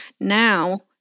now